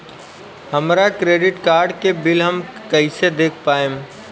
हमरा credit card के bill हम कइसे देख पाएम?